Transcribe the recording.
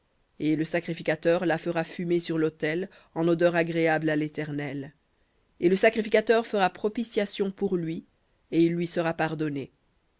et le sacrificateur la fera fumer sur l'autel en odeur agréable à l'éternel et le sacrificateur fera propitiation pour lui et il lui sera pardonné